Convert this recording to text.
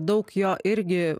daug jo irgi